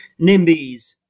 NIMBYs